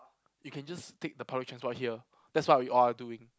you can just take the public transport here that's what we all are doing